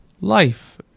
life